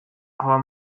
aber